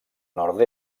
nord